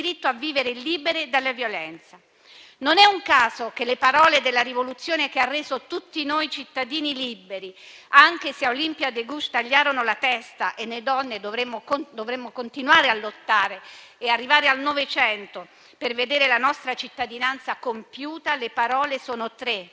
Non è un caso che le parole della rivoluzione che ha reso tutti noi cittadini liberi, anche se a Olympe De Gouges tagliarono la testa e noi donne dovemmo continuare a lottare e arrivare al Novecento per vedere la nostra cittadinanza compiuta, siano tre: